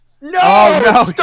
no